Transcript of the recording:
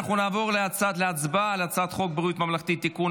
אנחנו נעבור להצבעה על הצעת חוק בריאות ממלכתי (תיקון,